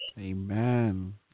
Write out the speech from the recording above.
Amen